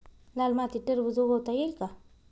लाल मातीत टरबूज उगवता येईल का?